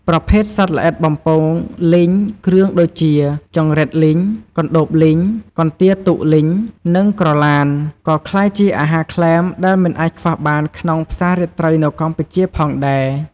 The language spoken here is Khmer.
ប្រភេទសត្វល្អិតបំពងលីងគ្រឿងដូចជា ចង្រិតលីង កន្ដូបលីង កន្ទាទូកលីង និងក្រឡាន ក៏ក្លាយជាអាហារក្លែមដែលមិនអាចខ្វះបានក្នុងផ្សាររាត្រីនៅកម្ពុជាផងដែរ។